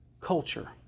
culture